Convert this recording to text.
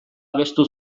abestu